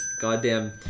goddamn